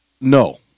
No